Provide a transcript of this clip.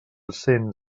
cent